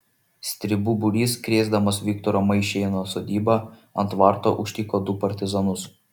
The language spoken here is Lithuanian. stribų būrys krėsdamas viktoro maišėno sodybą ant tvarto užtiko du partizanus